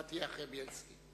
אתה תהיה אחרי חבר הכנסת בילסקי,